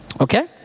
okay